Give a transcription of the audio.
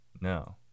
No